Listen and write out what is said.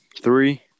Three